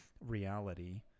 reality